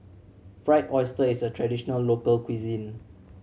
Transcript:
Fried Oyster is a traditional local cuisine